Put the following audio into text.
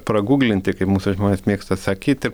pragūglinti kaip mūsų žmonės mėgsta sakyti